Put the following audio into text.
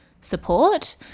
support